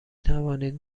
توانید